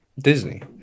Disney